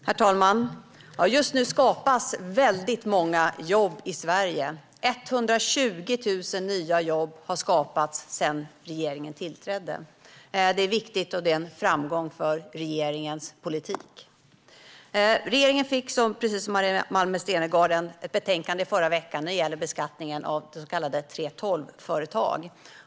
Herr talman! Just nu skapas väldigt många jobb i Sverige. 120 000 nya jobb har skapats sedan regeringen tillträdde. Det är viktigt och en framgång för regeringens politik. Regeringen fick, precis som Maria Malmer Stenergard sa, ett betänkande förra veckan när det gäller beskattningen av så kallade 3:12-företag.